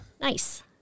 Nice